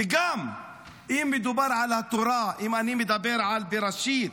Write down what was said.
וגם אם מדובר על התורה, אם אני מדבר על בראשית,